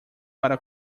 para